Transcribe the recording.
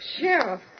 Sheriff